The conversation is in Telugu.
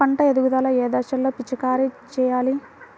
పంట ఎదుగుదల ఏ దశలో పిచికారీ చేయాలి?